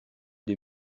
des